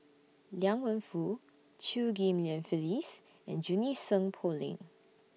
Liang Wenfu Chew Ghim Lian Phyllis and Junie Sng Poh Leng